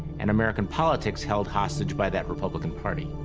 and american politics held hostage by that republican party.